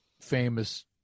famous